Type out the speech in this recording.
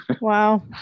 Wow